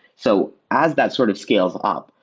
so as that sort of scales up,